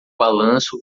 balanço